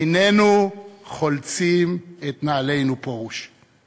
איננו חולצים את נעלינו, פרוש.